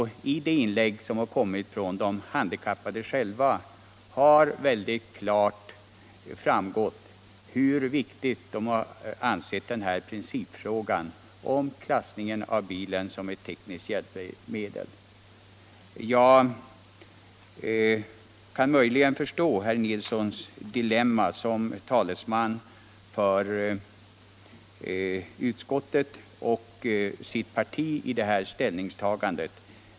Av de inlägg som de handikappade själva gjort har framgått hur viktigt de själva anser att frågan om klassningen av bilen som tekniskt hjälpmedel är. Jag kan möjligen förstå herr Nilssons dilemma som talesman för utskottet och för sitt parti i denna fråga.